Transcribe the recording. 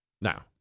Now